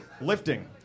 Lifting